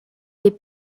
les